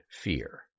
fear